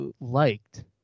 liked